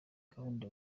gahunda